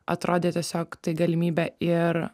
atrodė tiesiog tai galimybė ir